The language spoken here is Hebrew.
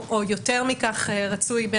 או יותר מכך רצוי,